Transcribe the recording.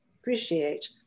appreciate